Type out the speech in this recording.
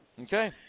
Okay